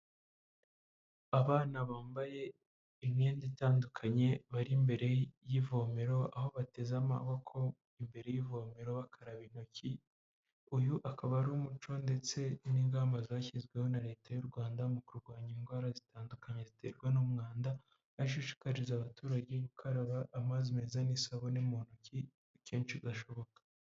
Abana bambaye imyenda itandukanye ,bari imbere y'ivomero, aho bateze amaboko imbere y'ivomero bakaraba intoki, uyu akaba ari umuco ndetse n'ingamba zashyizweho na leta y'u Rwanda, mu kurwanya indwara zitandukanye ziterwa n'umwanda, ashishikariza abaturage gukaraba amazi meza n'isabune mu ntoki kenshi gashoboka.